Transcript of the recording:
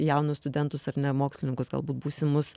jaunus studentus ar ne mokslininkus galbūt būsimus